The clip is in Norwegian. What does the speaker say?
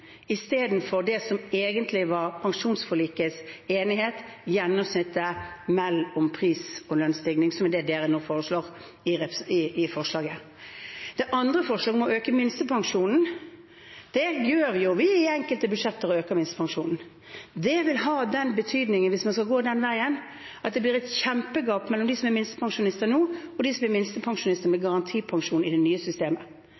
istedenfor det som det egentlig var enighet om i pensjonsforliket, gjennomsnittet mellom pris- og lønnsstigning, som er det dere nå foreslår i forslaget. Det andre forslaget, om å øke minstepensjonen: Det gjør vi i enkelte budsjetter. Vi øker minstepensjonen. Det vil ha den betydningen, hvis vi skal gå den veien, at det blir et kjempegap mellom dem som er minstepensjonister nå, og dem som er minstepensjonister med garantipensjon i det nye systemet.